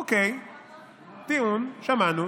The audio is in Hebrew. אוקיי, טיעון, שמענו,